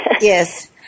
Yes